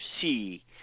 see